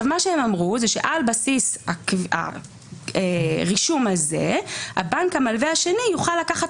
מה שהם אמרו זה שעל בסיס הרישום הזה הבנק המלווה השני יוכל לקחת